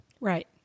Right